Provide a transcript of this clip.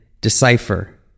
decipher